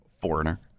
Foreigner